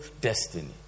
destiny